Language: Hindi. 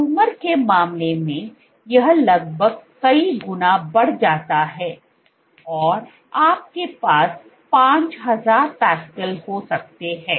ट्यूमर के मामले में यह लगभग कई गुना बढ़ जाता है और आपके पास 5000 पास्कल हो सकते हैं